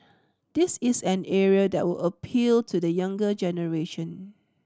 this is an area that would appeal to the younger generation